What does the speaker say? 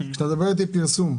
פרסום,